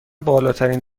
بالاترین